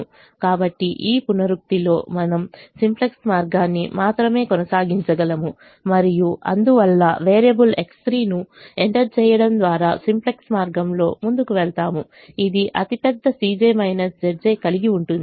కాబట్టి ఈ పునరుక్తిలో మనం సింప్లెక్స్ మార్గాన్ని మాత్రమే కొనసాగించగలము మరియు అందువల్ల వేరియబుల్ X3 ను ఎంటర్ చేయడం ద్వారా సింప్లెక్స్ మార్గంలో ముందుకు వెళ్తాము ఇది అతిపెద్ద కలిగి ఉంటుంది